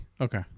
Okay